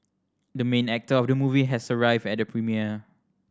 the main actor of the movie has arrived at the premiere